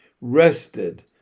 rested